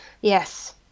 Yes